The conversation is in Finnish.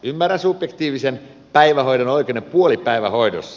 ymmärrän subjektiivisen päivähoidon oikeuden puolipäivähoidossa